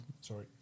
Sorry